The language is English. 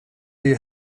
you